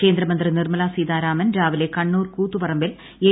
കേന്ദ്രമന്ത്രി നിർമ്മല സീതാരാമൻ രാവിലെ കണ്ണൂർ കൂത്തുപറമ്പിൽ എൻ